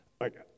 okay